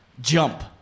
Jump